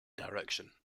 direction